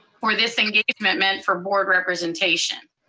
for this engagement, meant for board representation.